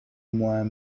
moins